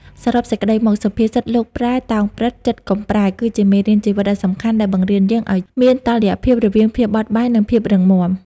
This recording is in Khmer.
សរុបសេចក្ដីមក សុភាសិត "លោកប្រែ តោងព្រឹត្តិ ចិត្តកុំប្រែ" គឺជាមេរៀនជីវិតដ៏សំខាន់ដែលបង្រៀនយើងឱ្យមាន តុល្យភាពរវាងភាពបត់បែន និងភាពរឹងមាំ។